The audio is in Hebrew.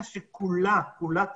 הנטייה שלי לקחת סיכונים היא נמוכה יחסית.